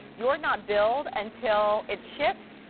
you're not billed until it ships.